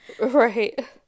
Right